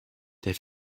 der